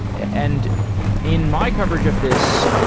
and in my coverage of this,